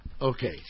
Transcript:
Okay